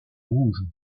rouge